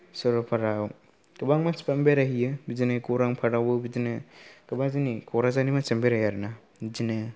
सरलपारायाव गोबां मानसिफ्रानो बेरायहैयो बिदिनो गौरां पार्कआवबो बिदिनो गोबां जोंनि कक्राझारनि मानसियानो बेरायो आरो ना बिदिनो